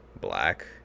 black